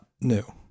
new